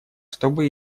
чтобы